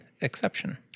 exception